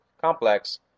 complex